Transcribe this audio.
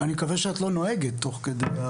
אני מקווה שאת לא נוהגת תוך כדי,